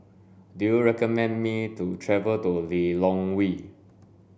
do you recommend me to travel to Lilongwe